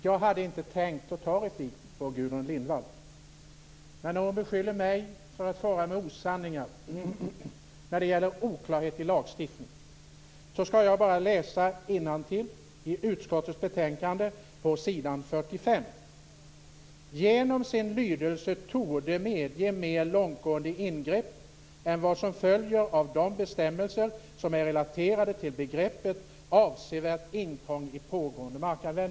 Jag hade inte tänkt ta replik på Gudrun Lindvall, men när hon beskyller mig för att fara med osanning när det gäller oklarhet i lagstiftningen skall jag bara läsa innantill i utskottsbetänkandet på s. 45: "- genom sin lydelse torde medge mer långtgående ingrepp än vad som följer av de bestämmelser som är relaterade till begreppet avsevärt intrång i pågående markanvändning".